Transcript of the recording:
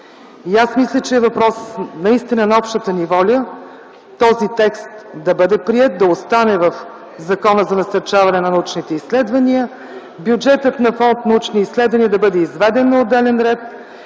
аз мисля, че е въпрос на общата ни воля този текст да бъде приет, да остане в Закона за насърчаване на научните изследвания, бюджетът на фонд „Научни изследвания” да бъде изваден на отделен ред